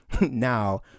now